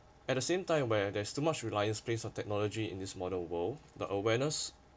at the same time where there's too much reliance place of technology in this model world the awareness